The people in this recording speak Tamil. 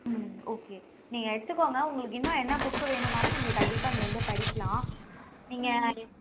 ம் ஓகே நீங்கள் எடுத்துக்கோங்க உங்களுக்கு இன்னும் என்ன புக்கு வேணும்னாலும் நீங்கள் கண்டிப்பாக இங்கே வந்து படிக்கலாம் நீங்கள்